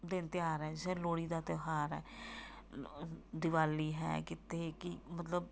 ਦਿਨ ਤਿਉਹਾਰ ਹੈ ਜਿਸ ਤਰ੍ਹਾਂ ਲੋਹੜੀ ਦਾ ਤਿਉਹਾਰ ਹੈ ਦਿਵਾਲੀ ਹੈ ਕਿਤੇ ਕੀ ਮਤਲਬ